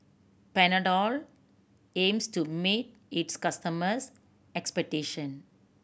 panadol aims to meet its customers' expectation